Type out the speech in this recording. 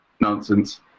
nonsense